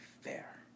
fair